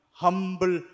humble